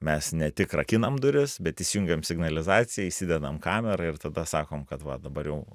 mes ne tik rakinam duris bet įsijungiam signalizaciją įsidedam kamerą ir tada sakom kad va dabar jau